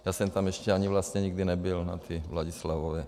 Já jsem tam ještě ani vlastně nikdy nebyl na té Vladislavově.